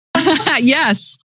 yes